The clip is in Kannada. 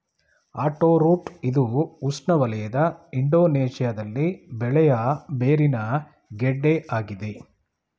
ಆರೋರೂಟ್ ಇದು ಉಷ್ಣವಲಯದ ಇಂಡೋನೇಶ್ಯದಲ್ಲಿ ಬೆಳೆಯ ಬೇರಿನ ಗೆಡ್ಡೆ ಆಗಿದೆ